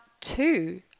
two